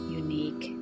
unique